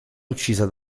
uccisa